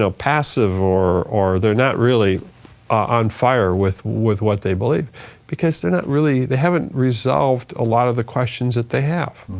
so passive or or they're not really on fire with with what they believe because they're not really, they haven't resolved a lot of the questions that they have.